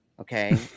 Okay